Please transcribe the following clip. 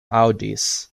aŭdis